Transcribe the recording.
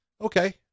Okay